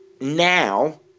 now